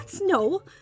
no